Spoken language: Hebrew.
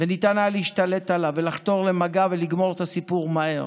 וניתן היה להשתלט עליו ולחתור למגע ולגמור את הסיפור מהר.